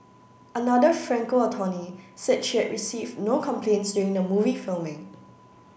another Franco attorney said she had received no complaints during the movie filming